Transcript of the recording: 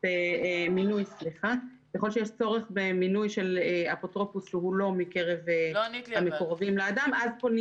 במינוי של אפוטרופוס שהוא לא מקרב המקורבים לאדם אז פונים